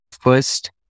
First